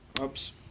oops